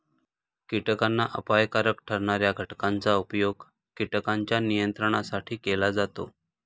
कीटकांना अपायकारक ठरणार्या घटकांचा उपयोग कीटकांच्या नियंत्रणासाठी केला जातो